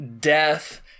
death